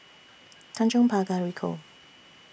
Tanjong Pagar Ricoh